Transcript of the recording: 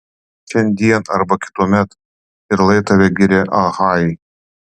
šiandien arba kituomet ir lai tave giria achajai